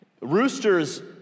Roosters